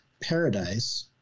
Paradise